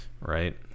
Right